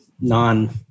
non